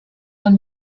man